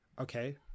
Okay